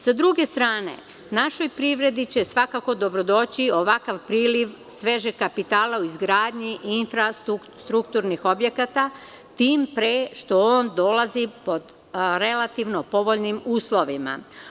S druge strane, našoj privredi će svakako dobrodoći ovakav priliv svežeg kapitala u izgradnji infrastrukturnih objekata, tim pre što on dolazi po relativno povoljnim uslovima.